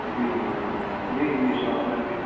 جی جی جی شاپنر بھی